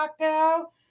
cocktail